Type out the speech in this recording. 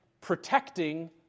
protecting